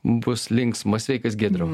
bus linksmas sveikas giedriau